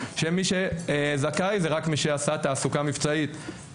שמי שזכאי זה רק מי שיעשה תעסוקה מבצעית.